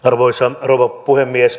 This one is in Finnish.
arvoisa rouva puhemies